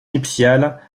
nuptiale